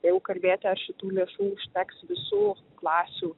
jeigu kalbėti ar šitų lėšų užteks visų klasių